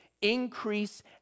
Increase